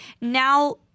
now